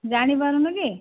ଜାଣିପାରୁନୁ କି